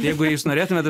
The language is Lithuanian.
jeigu jūs norėtumėt